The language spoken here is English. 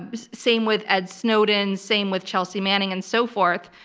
but same with ed snowden. same with chelsea manning, and so forth,